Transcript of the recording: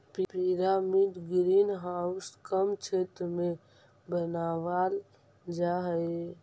pyramid greenhouse कम क्षेत्र में बनावाल जा हई